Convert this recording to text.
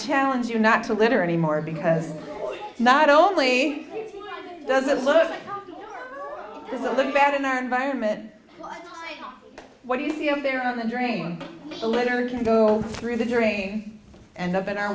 challenge you not to litter anymore because not only does it look a little bad in our environment what do you see up there on the drain the litter can go through the drain and up in our